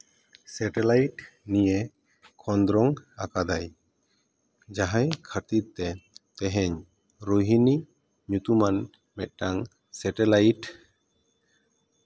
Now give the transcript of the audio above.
satellite ᱱᱤᱭᱮ ᱠᱷᱚᱸᱫᱽᱨᱚᱱ ᱟᱠᱟᱫᱟᱭ ᱡᱟᱦᱟᱸᱭ ᱠᱷᱟᱹᱛᱤᱨᱛᱮ ᱛᱮᱦᱮᱧ ᱨᱳᱦᱤᱱᱤ ᱧᱩᱛᱩᱢᱟᱱ ᱢᱤᱫᱴᱟᱱ ᱥᱮᱴᱮᱞᱟᱭᱤᱴ